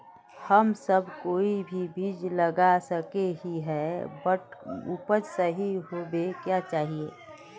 हम सब कोई भी बीज लगा सके ही है बट उपज सही होबे क्याँ चाहिए?